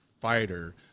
fighter